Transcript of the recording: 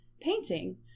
painting